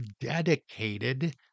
dedicated